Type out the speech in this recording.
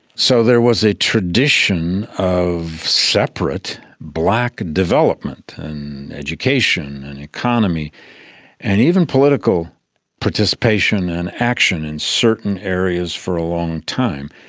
so there was a tradition of separate black development and education and economy and even political participation and action in certain areas for a long time.